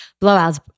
blowouts